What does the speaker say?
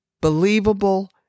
believable